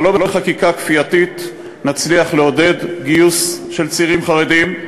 אבל לא בחקיקה כפייתית נצליח לעודד גיוס של צעירים חרדים.